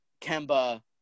Kemba